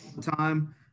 time